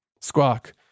Squawk